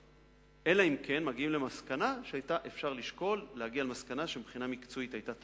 אלא אם כן מגיעים למסקנה שמבחינה מקצועית היתה טעות,